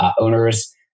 owners